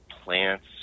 Plants